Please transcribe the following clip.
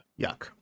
yuck